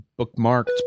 bookmarked